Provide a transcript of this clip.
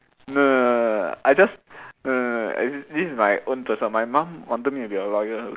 no no no no no I just no no no no this is my own personal my mom wanted me to be a lawyer